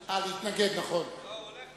נכון, מתנגד.